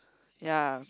ya